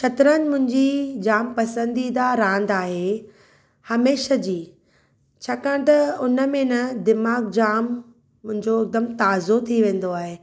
शतरंज मुंहिंजी जाम पसंदीदा रांदि आहे हमेशा जी छाकाणि त हुन में न दिमाग़ु जाम मुंहिंजो हिकुदमि ताज़ो थी वेंदो आहे